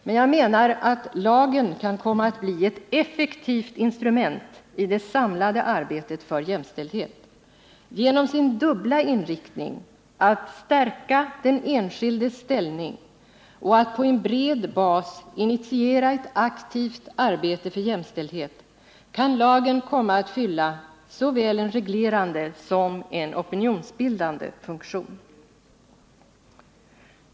Men jag menar att lagen kan komma att bli ett effektivt instrument i det samlade arbetet för jämställdhet. Genom sin dubbla inriktning — att stärka den enskildes ställning och att på en bred bas initiera ett aktivt arbete för jämställdhet — kan lagen komma att fylla såväl en reglerande som en opinionsbildande funktion.